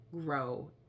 grow